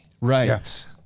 Right